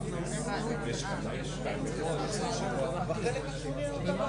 זה שער הכניסה להיכרות של החברה